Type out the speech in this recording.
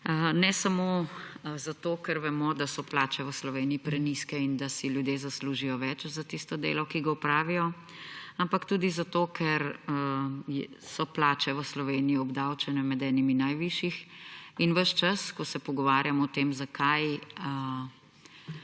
Ne samo zato, ker vem, da so plače v Sloveniji prenizke in da si ljudje zaslužijo več za delo, ki ga opravijo, ampak tudi zato, ker so plače v Sloveniji med najvišje obdavčenimi. In ves čas, ko se pogovarjamo o tem, zakaj